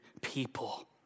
people